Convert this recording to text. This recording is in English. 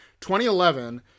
2011